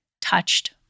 touched